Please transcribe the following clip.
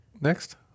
Next